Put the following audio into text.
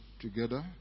together